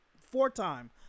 four-time